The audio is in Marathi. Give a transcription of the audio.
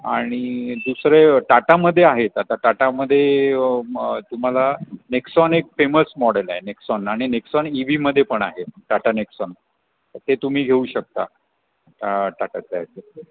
आणि दुसरे टाटामध्ये आहेत आता टाटामध्ये मग तुम्हाला नेक्सॉन एक फेमस मॉडेल आहे नेक्सॉन आणि नेक्सॉन इ व्हीमध्ये पण आहे टाटा नेक्सॉन ते तुम्ही घेऊ शकता टा टाटाचं आहे ते